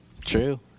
True